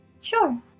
Sure